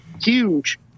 huge